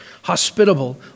Hospitable